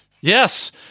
yes